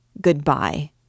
Goodbye